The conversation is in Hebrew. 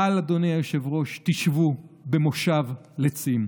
אדוני היושב-ראש, ואל תשבו במושב לצים.